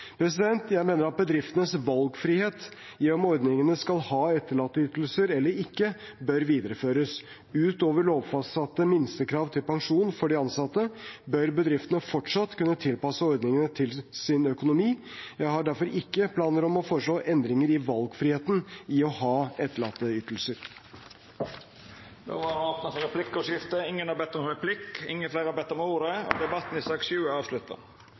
Jeg mener at bedriftenes valgfrihet i om ordningene skal ha etterlatteytelser eller ikke, bør videreføres. Utover lovfastsatte minstekrav til pensjon for de ansatte bør bedriftene fortsatt kunne tilpasse ordningene til sin økonomi. Jeg har derfor ikke planer om å foreslå endringer i valgfriheten i å ha etterlatteytelser. Fleire har ikkje bedt om ordet til sak nr. 7. Etter ynske frå finanskomiteen vil presidenten ordna debatten